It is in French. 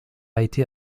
été